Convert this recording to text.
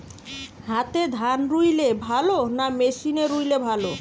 হাতে ধান রুইলে ভালো না মেশিনে রুইলে ভালো?